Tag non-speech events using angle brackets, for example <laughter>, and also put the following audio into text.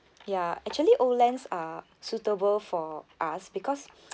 ya actually Olens are suitable for us because <noise>